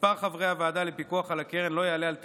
מספר חברי הוועדה לפיקוח על הקרן לא יעלה על תשעה,